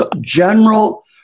general